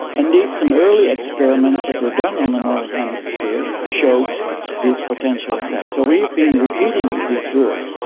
indeed some early experiments that were done on the northern hemisphere showed this potential effect. so we have been repeating this work,